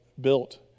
built